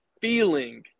feeling